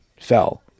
fell